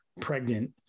pregnant